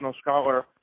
scholar